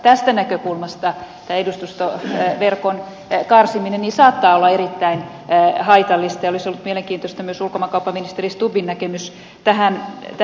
tästä näkökulmasta tämä edustustoverkon karsiminen saattaa ottaa erittäin haitallista ja olisi ollut mielenkiintoista myös ulkomaankauppaministeri stubbin näkemys tähän saada